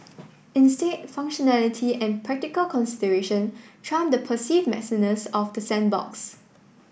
instead functionality and practical consideration trump the perceived messiness of the sandbox